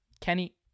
Kenny